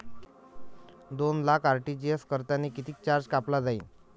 दोन लाख आर.टी.जी.एस करतांनी कितीक चार्ज कापला जाईन?